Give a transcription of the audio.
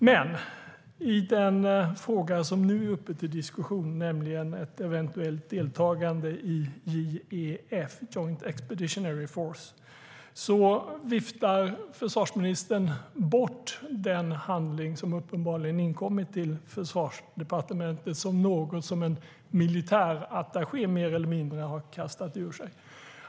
Men i den fråga som nu är uppe till diskussion, nämligen ett eventuellt deltagande i JEF, Joint Expeditionary Force, viftar försvarsministern bort den handling som uppenbarligen har inkommit till Försvarsdepartementet som något som en militärattaché mer eller mindre har kastat ur sig.